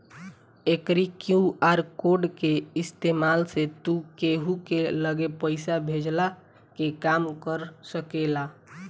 एकरी QR code के इस्तेमाल से तू केहू के लगे पईसा भेजला के काम कर सकेला